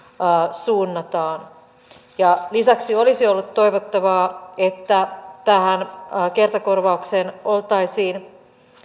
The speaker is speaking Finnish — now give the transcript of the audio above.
suunnataan lisäksi olisi ollut toivottavaa että tähän kertakorvaukseen oltaisiin